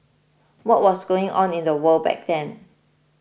what was going on in the world back then